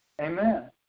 Amen